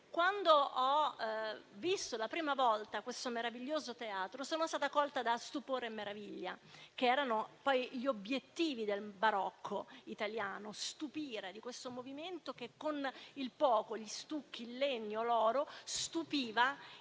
quando ho visto per la prima volta questo meraviglioso teatro sono stata colta da stupore e meraviglia, che erano poi gli obiettivi del barocco italiano. Lo stupire di questo movimento, che con poco, gli stucchi, il legno e l'oro, stupiva l'astante,